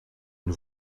une